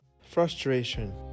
Frustration